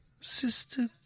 Sister